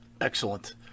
excellent